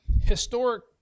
Historic